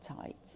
tight